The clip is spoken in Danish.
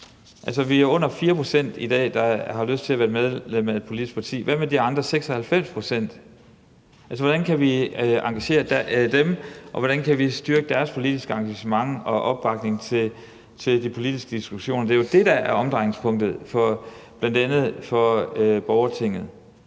Altså, vi er under 4 pct. i dag, der har lyst til at være medlem af et politisk parti. Hvad med de andre 96 pct.? Hvordan kan vi engagere dem, og hvordan kan vi styrke deres politiske engagement og opbakning til de politiske diskussioner? Det er jo bl.a. det, der er omdrejningspunktet for borgertinget.